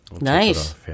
nice